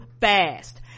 fast